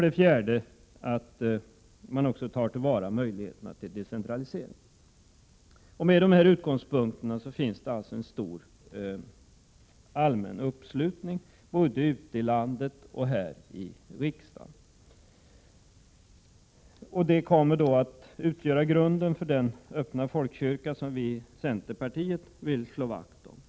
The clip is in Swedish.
Den fjärde utgångspunkten är att man tar till vara möjligheterna till decentralisering. Utifrån dessa utgångspunkter finns det alltså en stor allmän uppslutning, 82 både ute i landet och här i riksdagen. Det kommer att utgöra grunden för den öppna folkkyrka som vi i centerpartiet vill slå vakt om. Prot.